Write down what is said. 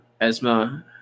Esma